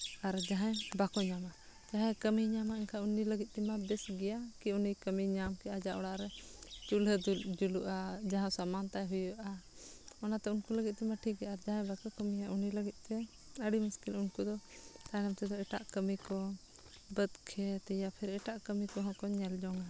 ᱟᱨ ᱡᱟᱦᱟᱸᱭ ᱵᱟᱠᱚ ᱧᱟᱢᱟ ᱡᱟᱦᱟᱸᱭ ᱠᱟᱹᱢᱤ ᱧᱟᱢᱟᱭ ᱮᱱᱠᱷᱟᱡ ᱩᱱᱤ ᱞᱟᱹᱜᱤᱫ ᱛᱮᱢᱟ ᱵᱮᱥ ᱜᱮᱭᱟ ᱩᱱᱤ ᱠᱟᱹᱢᱤ ᱧᱟᱢ ᱠᱮᱫᱟᱭ ᱟᱡᱟᱜ ᱚᱲᱟᱜ ᱨᱮ ᱪᱩᱞᱦᱟᱹ ᱡᱩᱞᱩᱜᱼᱟ ᱡᱟᱦᱟᱸ ᱥᱟᱢᱟᱱ ᱛᱟᱭ ᱦᱩᱭᱩᱜᱼᱟ ᱚᱱᱟᱛᱮ ᱩᱱᱠᱩ ᱞᱟᱹᱜᱤᱫ ᱫᱚ ᱴᱷᱤᱠ ᱟᱨ ᱡᱟᱦᱟᱸᱭ ᱵᱟᱠᱚ ᱠᱟᱹᱢᱤᱭᱟ ᱩᱱᱤ ᱞᱟᱹᱜᱤᱫᱛᱮ ᱟᱹᱰᱤ ᱢᱩᱥᱠᱤᱞ ᱩᱱᱠᱩ ᱫᱚ ᱛᱟᱭᱱᱚᱢ ᱛᱮᱫᱚ ᱮᱴᱟᱜ ᱠᱟᱹᱢᱤ ᱠᱚ ᱵᱟᱹᱫᱽ ᱠᱷᱮᱛ ᱭᱟ ᱮᱴᱟᱜ ᱠᱟᱹᱢᱤ ᱠᱚᱦᱚᱸ ᱠᱚ ᱧᱮᱞ ᱡᱚᱝᱟ